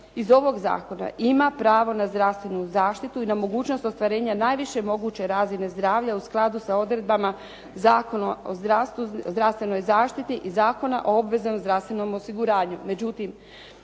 iz ovog zakona ima pravo na zdravstvenu zaštitu i na mogućnost ostvarenja najviše moguće razine zdravlja u skladu sa odredbama Zakona o zdravstvenoj zaštiti i Zakona o obveznom zdravstvenom osiguranju.